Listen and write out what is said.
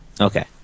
Okay